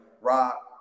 rock